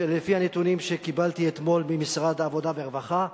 לפי הנתונים שקיבלתי אתמול ממשרד העבודה והרווחה,